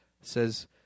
says